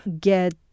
get